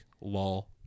lol